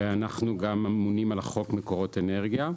ואנחנו גם ממונים על החוק מקורות אנרגיה.